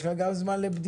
אבל יש לך גם זמן לבדיחות,